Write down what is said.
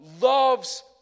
loves